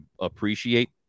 appreciate